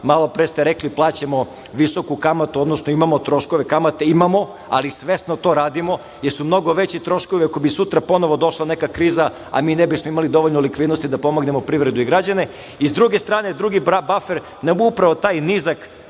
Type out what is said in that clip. Malopre ste rekli plaćamo visoku kamatu, odnosno imamo troškove kamate, imamo ali svesno to radimo, jer su mnogo veći troškovi ako bi sutra ponovo došla neka kriza, a mi ne bismo imali dovoljno likvidnosti da pomognemo privredu i građane.S druge strane drugi bafer je upravo taj nizak